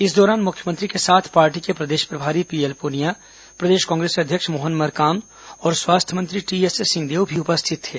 इस दौरान मुख्यमंत्री के साथ पार्टी के प्रदेश प्रभारी पीएल पुनिया प्रदेश कांग्रेस अध्यक्ष मोहन मरकाम और स्वास्थ्य मंत्री टीएस सिंहदेव भी उपस्थित थे